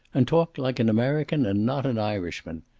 and talk like an american and not an irishman.